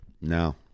No